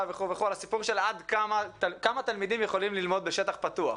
וכו' וכו' כמה תלמידים יכולים ללמוד בשטח פתוח.